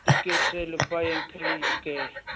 ꯇꯤꯛꯀꯦꯠꯁꯦ ꯂꯨꯄꯥ ꯌꯥꯡꯈꯩ ꯀꯛꯑꯦ